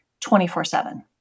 24-7